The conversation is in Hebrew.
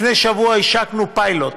לפני שבוע השקנו פיילוט